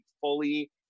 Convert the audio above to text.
fully